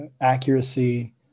accuracy